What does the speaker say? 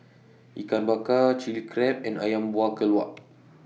Ikan Bakar Chili Crab and Ayam Buah Keluak